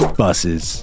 buses